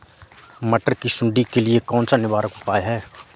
मटर की सुंडी के लिए कौन सा निवारक उपाय है?